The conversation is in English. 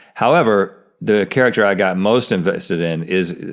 however, the character i got most invested in is,